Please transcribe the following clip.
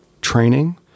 training